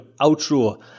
outro